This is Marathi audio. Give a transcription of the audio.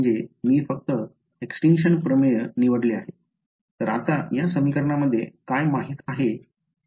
तर आता या समीकरणांमधे काय माहित आहे जर मी तुम्हाला या समीकरणे पहात असे विचारले तर काय माहित आहे